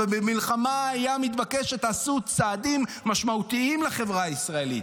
אבל במלחמה היה מתבקש שתעשו צעדים משמעותיים לחברה הישראלית.